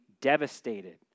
devastated